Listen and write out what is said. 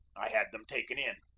i had them taken in.